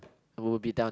we'll be done